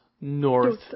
North